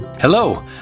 Hello